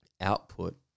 output